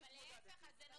אני התמודדתי וזה קשה.